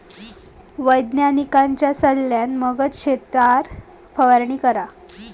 वैज्ञानिकांच्या सल्ल्यान मगच शेतावर फवारणी करा